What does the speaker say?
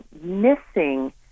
missing